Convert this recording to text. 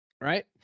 right